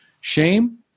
shame